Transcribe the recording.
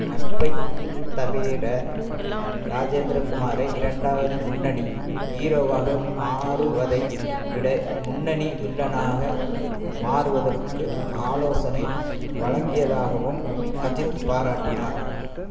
நட்பைத் தவிர ராஜேந்திர குமாரை இரண்டாவது முன்னணி ஈரோவாக மாறுவதை விட முன்னணி வில்லனாக மாறுவதற்கு ஆலோசனை வழங்கியதாகவும் அஜித் பாராட்டினார்